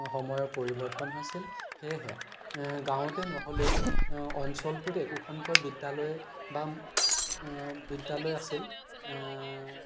সময়ৰ পৰিৱৰ্তন হৈছিল সেয়েহে গাঁৱতে নহ'লেও অঞ্চলটোত একোখনকৈ বিদ্যালয় বা বিদ্যালয় আছিল